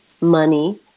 money